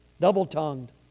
Double-tongued